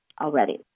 already